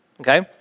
Okay